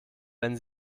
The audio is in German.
wenn